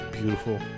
beautiful